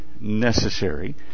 necessary